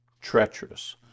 treacherous